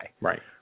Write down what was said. Right